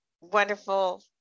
wonderful